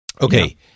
okay